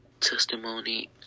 testimony